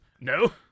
No